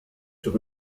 sur